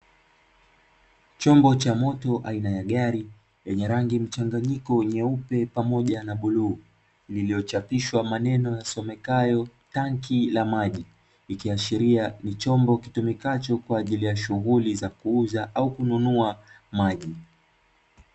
Chombo cha moto aina ya gari, lenye rangi mchanganyiko nyeupe pamoja na buluu. Lililochapishwa maneno yasomekayo tanki la maji, ikiashiria chombo kitumikacho kwajili ya shughuli za kuuza au kununua maji.